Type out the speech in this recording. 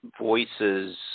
voices